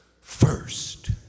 first